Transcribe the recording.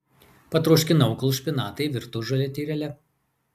patroškinau kol špinatai virto žalia tyrele